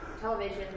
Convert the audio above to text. television